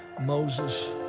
Moses